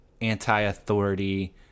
anti-authority